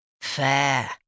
Fair